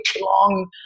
long